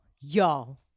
y'all